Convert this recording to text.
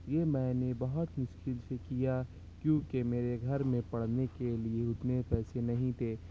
یہ میں نے بہت مشکل سے کیا کیونکہ میرے گھر میں پڑھنے کے لیے اتنے پیسے نہیں تھے